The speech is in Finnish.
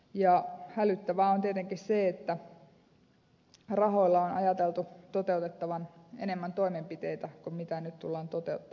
ja hälyttävää on tietenkin se että rahoilla on ajateltu toteutettavan enemmän toimenpiteitä kuin mitä nyt tullaan toteuttamaan